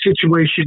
situation